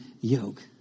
yoke